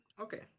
Okay